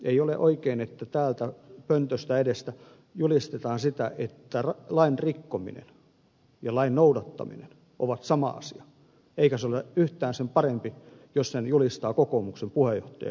ei ole oikein että täältä pöntöstä edestä julistetaan sitä että lain rikkominen ja lain noudattaminen ovat sama asia eikä ole yhtään sen parempi jos sen julistaa kokoomuksen puheenjohtaja ja suomen valtiovarainministeri